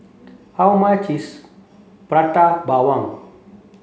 how much is prata bawang